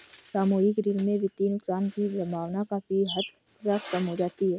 सामूहिक ऋण में वित्तीय नुकसान की सम्भावना काफी हद तक कम हो जाती है